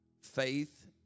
Faith